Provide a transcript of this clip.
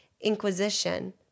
inquisition